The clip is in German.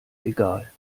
egal